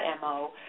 MO